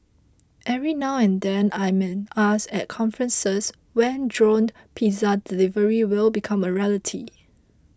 every now and then I am asked at conferences when drone pizza delivery will become a reality